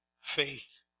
faith